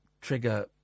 trigger